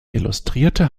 illustrierte